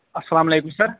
اَلسلامُ علیکُم سَر